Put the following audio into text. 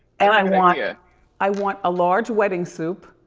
and i want yeah i want a large wedding soup,